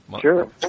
Sure